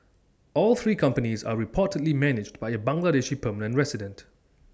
all three companies are reportedly managed by A Bangladeshi permanent resident